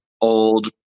old